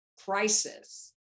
crisis